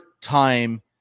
time